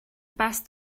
best